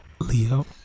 Leo